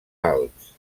alps